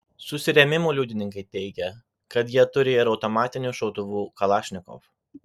susirėmimų liudininkai teigia kad jie turi ir automatinių šautuvų kalašnikov